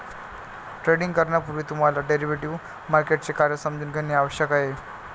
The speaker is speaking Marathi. ट्रेडिंग करण्यापूर्वी तुम्हाला डेरिव्हेटिव्ह मार्केटचे कार्य समजून घेणे आवश्यक आहे